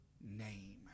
name